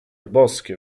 boskie